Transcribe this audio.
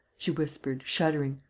she whispered, shuddering.